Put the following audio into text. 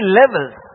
levels